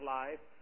life